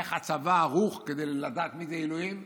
איך הצבא ערוך כדי לדעת מי זה עילויים,